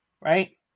right